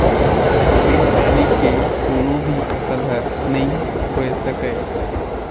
बिन पानी के कोनो भी फसल हर नइ होए सकय